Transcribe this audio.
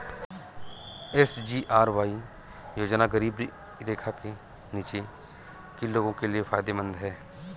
SGRY योजना गरीबी रेखा से नीचे के लोगों के लिए फायदेमंद है